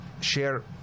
share